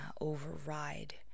override